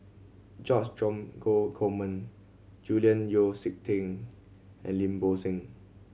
George Dromgold Coleman Julian Yeo See Teck and Lim Bo Seng